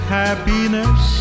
happiness